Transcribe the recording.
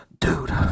Dude